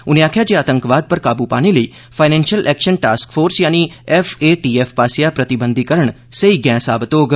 उनें आक्खेआ जे आतंकवाद पर काबू पाने लेई फाइनैंशल एक्शन टास्क फोर्स पास्सेआ प्रतिबंधीकरण सेही गैंह साबत होग